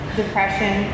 depression